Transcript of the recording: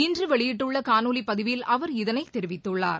இன்றுவெளியிட்டுள்ளகாணொலிப் பதிவில் அவர் இதனைத் தெரிவித்துள்ளார்